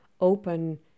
open